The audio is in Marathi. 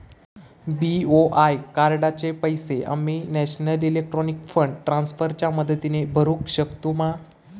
बी.ओ.आय कार्डाचे पैसे आम्ही नेशनल इलेक्ट्रॉनिक फंड ट्रान्स्फर च्या मदतीने भरुक शकतू मा?